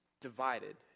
divided